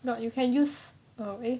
but you can use okay